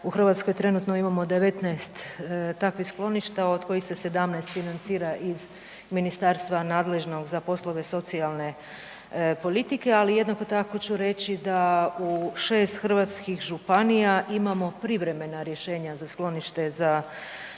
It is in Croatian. u Hrvatskoj trenutno imamo 19 takvih skloništa od kojih se 17 financira iz ministarstva nadležnog za poslove socijalne politike. Ali jednako tako ću reći da u 6 hrvatskih županija imamo privremena rješenja za sklonište za